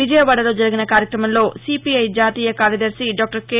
విజయవాదలో జరిగిన కార్యక్రమంలో సీపీఐ జాతీయ కార్యదర్శి డాక్టర్ కె